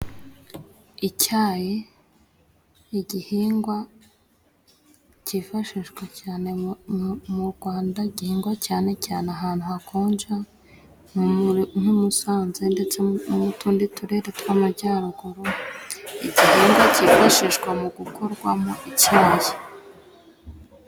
Icyayi, igihingwa kifashishwa cyane mu gwanda gihigwa cyane cyane ahantu hakonja nk'i Musanze ndetse mu tundi turere tw'amajyaruguru, igihingwa cyifashishwa mu gukorwamo icyayi.